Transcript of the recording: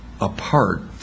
apart